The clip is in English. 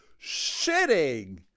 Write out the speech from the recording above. shitting